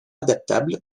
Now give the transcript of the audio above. adaptable